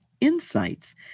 insights